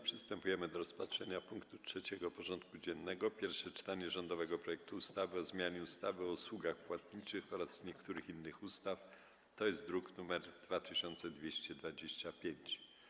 Przystępujemy do rozpatrzenia punktu 3. porządku dziennego: Pierwsze czytanie rządowego projektu ustawy o zmianie ustawy o usługach płatniczych oraz niektórych innych ustaw (druk nr 2225)